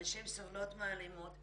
הנשים סובלות מאלימות,